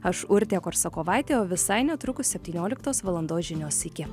aš urtė korsakovaitė o visai netrukus septynioliktos valandos žinios iki